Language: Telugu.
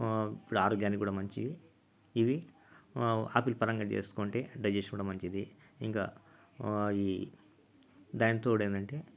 ఇప్పుడు ఆరోగ్యానికి కూడా మంచివి ఇవి ఆపిల్ పరంగా చేసుకుంటే డైజెస్ట్ కూడా మంచిది ఇంకా ఈ దానికి తోడు ఏంటంటే